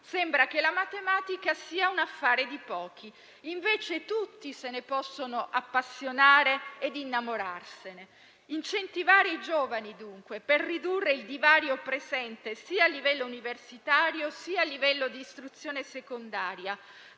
sembra che la matematica sia un affare di pochi; invece tutti se ne possono appassionare e innamorare. Incentivare i giovani, dunque, per ridurre il divario presente, sia a livello universitario, sia a livello di istruzione secondaria,